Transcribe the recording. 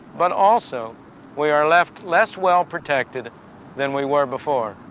but also we are left less well protected than we were before.